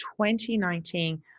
2019